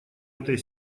этой